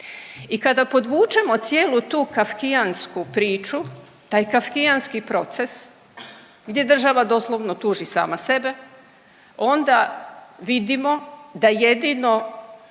I kada podvučemo cijelu tu kafkijansku priču taj kafkijanski proces gdje država doslovno tuži sama sebe, onda vidimo da jedino